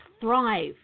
thrive